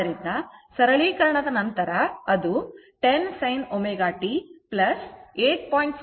ಆದ್ದರಿಂದ ಸರಳೀಕರಣದ ನಂತರ ಅದು 10 sin ω t 8